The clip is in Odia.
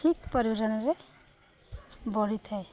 ଠିକ୍ ପରିମାଣରେ ବଢ଼ିଥାଏ